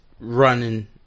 Running